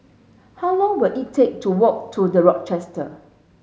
how long will it take to walk to The Rochester